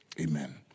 Amen